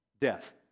death